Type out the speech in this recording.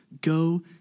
go